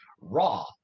Raw